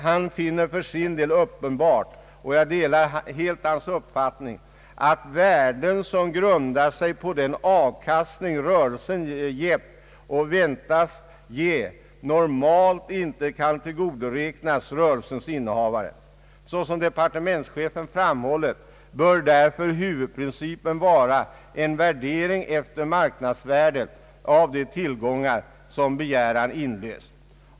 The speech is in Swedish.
Han finner det för sin del uppenbart, och jag delar helt hans uppfattning, att värden som grundar sig på den avkastning rörelsen gett och väntas ge normalt inte kan tillgodoräknas rörelsens innehavare. Såsom departementschefen framhållit bör därför huvudprincipen vara en värdering efter marknadsvärdet av de tillgångar som på begäran inlösts.